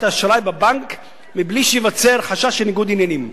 האשראי בבנק בלי שייווצר חשש של ניגוד עניינים.